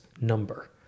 number